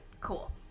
cool